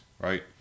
right